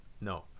no